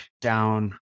down